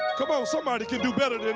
um come on! somebody can do better than